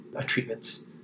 treatments